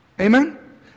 Amen